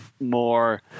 more